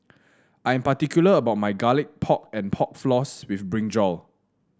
I am particular about my Garlic Pork and Pork Floss with brinjal